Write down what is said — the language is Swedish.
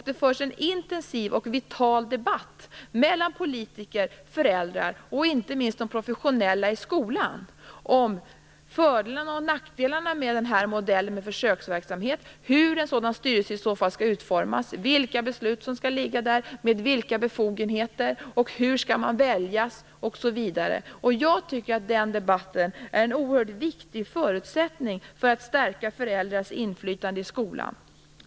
Det förs en intensiv och vital debatt mellan politiker, föräldrar och inte minst de professionella i skolan om fördelarna och nackdelarna med modellen med försöksverksamhet, hur en sådan styrelse i så fall skall utformas, vilka beslut som skall ligga där, med vilka befogenheter och hur man skall väljas osv. Jag tycker att den debatten är en oerhört viktig förutsättning för att stärka föräldrarnas inflytande i skolan.